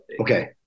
Okay